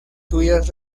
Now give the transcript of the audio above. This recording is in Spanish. suyas